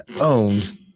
owned